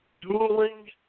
dueling